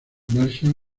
marshall